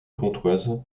pontoise